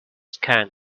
scan